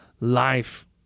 life